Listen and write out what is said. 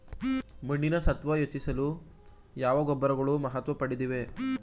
ಮಣ್ಣಿನ ಸತ್ವ ಹೆಚ್ಚಿಸಲು ಯಾವ ಗೊಬ್ಬರಗಳು ಮಹತ್ವ ಪಡೆದಿವೆ?